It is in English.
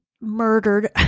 murdered